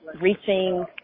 reaching